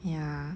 ya